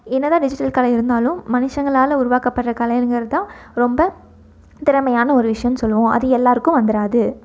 என்னதான் டிஜிட்டல் கலை இருந்தாலும் மனுஷங்களால் உருவாக்கபடுற கலைங்கிறதான் ரொம்ப திறமையான ஒரு விஷயம்னு சொல்லுவோம் அது எல்லாேருக்கும் வந்துடாது